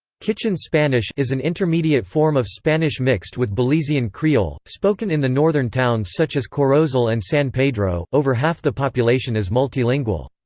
kitchen spanish is an intermediate form of spanish mixed with belizean creole, spoken in the northern towns such as corozal and san pedro over half the population is multilingual.